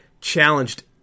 challenged